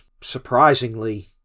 surprisingly